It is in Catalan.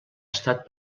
estat